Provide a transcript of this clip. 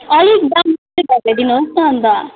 अलिक दाम चाहिँ घटाइदिनुहोस् न अन्त